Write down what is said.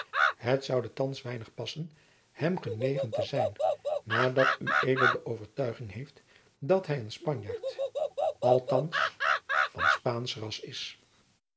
het zoude thands weinig passen hem genegen te zijn nadat ued de overjacob van lennep de pleegzoon tuiging heeft dat hij een spanjaard althands van spaansch ras is